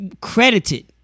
credited